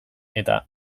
eta